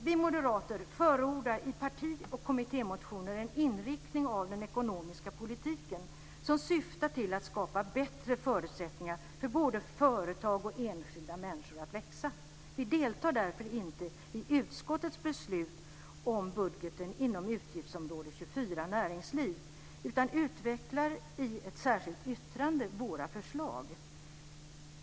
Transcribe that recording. Vi moderater förordar i parti och kommittémotioner en inriktning av den ekonomiska politiken som syftar till att skapa bättre förutsättningar för både företag och enskilda människor att växa. Vi deltar därför inte i utskottets beslut om budgeten inom utgiftsområde 24 Näringsliv utan utvecklar våra förslag i ett särskilt yttrande.